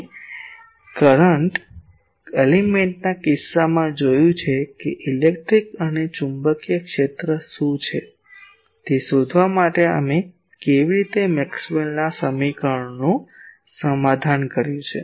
અમે કરંટ એલિમેન્ટના કિસ્સામાં જોયું છે કે ઇલેક્ટ્રિક અને ચુંબકીય ક્ષેત્ર શું છે તે શોધવા માટે અમે કેવી રીતે મેક્સવેલના સમીકરણોનું સમાધાન કર્યું